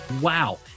Wow